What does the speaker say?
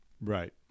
Right